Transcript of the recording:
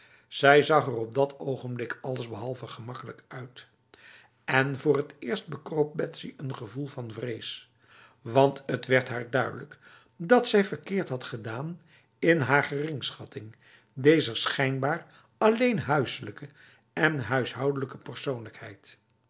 zij zag er op dat ogenblik allesbehalve gemakkelijk uit en voor het eerst bekroop betsy een gevoel van vrees want het werd haar duidelijk dat zij verkeerd had gedaan in haar geringschatting dezer schijnbaar alleen huiselijke en huishoudelijke persoonlijkheid